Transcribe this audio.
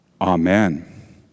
Amen